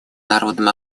народом